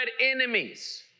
enemies